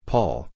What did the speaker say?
Paul